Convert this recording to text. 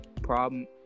problem